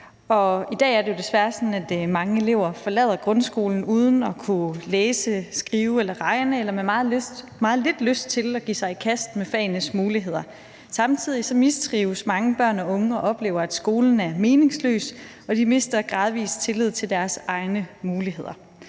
I dag er det jo desværre sådan, at mange elever forlader grundskolen uden at kunne læse, skrive eller regne eller med meget lidt lyst til at give sig i kast med fagenes muligheder. Samtidig mistrives mange børn og unge og oplever, at skolen er meningsløs, og de mister gradvis tillid til deres egne muligheder.